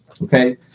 Okay